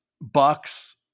Bucks